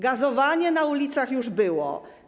Gazowanie na ulicach już było.